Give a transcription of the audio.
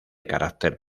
carácter